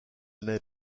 n’avait